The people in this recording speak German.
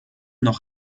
noch